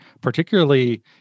particularly